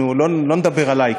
לא נדבר עלי,